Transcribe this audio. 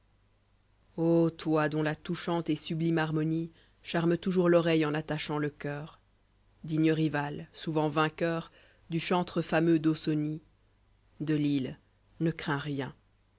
o toi dont la touchante et sublimé harmonie charme toujours l'oreille en attachant le coeur digne rival souvent vainqueur du chantre fameux d'ausonie delille ne crains rien